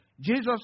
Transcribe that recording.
Jesus